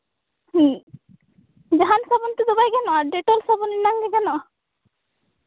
ᱦᱮᱸ ᱡᱟᱦᱟᱱ ᱥᱟᱵᱚᱱ ᱛᱮᱫᱚ ᱵᱟᱭ ᱜᱟᱱᱚᱜᱼᱟ ᱰᱮᱴᱚᱞ ᱥᱟᱵᱚᱱ ᱮᱢᱟᱱᱜᱮ ᱜᱟᱱᱚᱜᱼᱟ